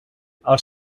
els